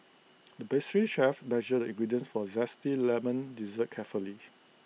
the pastry chef measured the ingredients for Zesty Lemon Dessert carefully